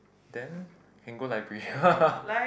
then can go library